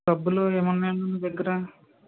సబ్బులు ఏమున్నాయి అండి మీ దగ్గర